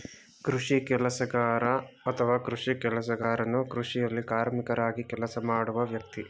ಕೃಷಿ ಕೆಲಸಗಾರ ಅಥವಾ ಕೃಷಿ ಕೆಲಸಗಾರನು ಕೃಷಿಯಲ್ಲಿ ಕಾರ್ಮಿಕರಾಗಿ ಕೆಲಸ ಮಾಡುವ ವ್ಯಕ್ತಿ